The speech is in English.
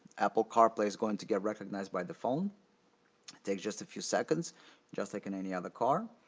apple carplay is going to get recognized by the phone. it takes just a few seconds just like in any other car.